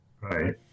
right